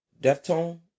Deftone